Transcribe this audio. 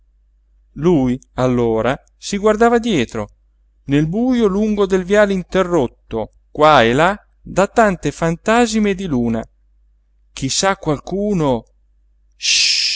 lui allora si guardava dietro nel bujo lungo del viale interrotto qua e là da tante fantasime di luna chi sa qualcuno